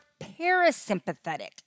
parasympathetic